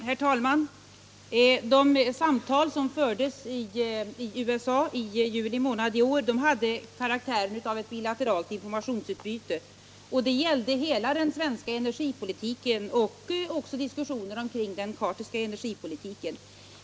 Herr talman! De samtal som fördes i USA i juni månad i år hade karaktären av ett bilateralt informationsutbyte och gällde hela den svenska energipolitiken samt diskussioner kring den Carterska energipolitiken.